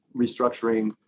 restructuring